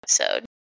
episode